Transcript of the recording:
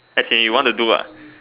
as in you want to do ah